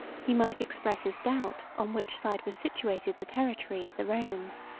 he might express his doubt, on which side was situated the territory of the romans.